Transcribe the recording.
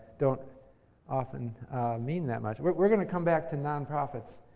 don't often mean that much. we're going to come back to nonprofits